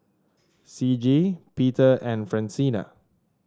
Ciji Peter and Francina